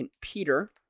Peter